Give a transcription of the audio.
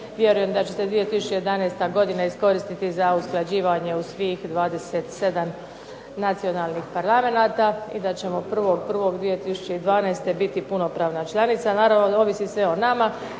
vjerujem da će se 2011. godina iskoristiti za usklađivanje u svih 27 nacionalnih parlamenata i da ćemo od 1. 1. 2012. biti punopravna članica, naravno ovisi sve o nama,